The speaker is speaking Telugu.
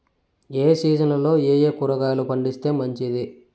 ఏ సీజన్లలో ఏయే కూరగాయలు పండిస్తే మంచిది